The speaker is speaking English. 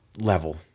level